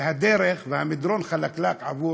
והדרך, והמדרון חלקלק עבור